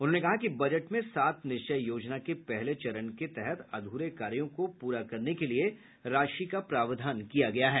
उन्होंने कहा कि बजट में सात निश्चय योजना के पहले चरण के तहत अधूरे कार्यों को पूरा करने के लिये राशि का प्रावधान किया गया है